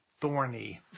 thorny